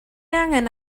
angen